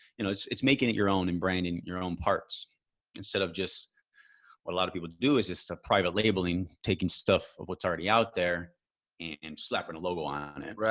you know, it's it's making it your own and branding your own parts instead of just what a lot of people do is this a private labeling taking stuff of what's already out there and slapping a logo on it.